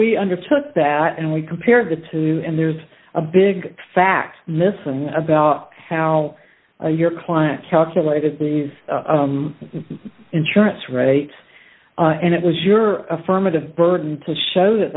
we undertook that and we compare the two and there's a big fat miss and about how are your clients calculated the insurance rate and it was your affirmative burden to show that